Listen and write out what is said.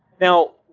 Now